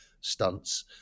stunts